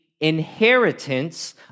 inheritance